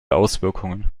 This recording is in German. auswirkungen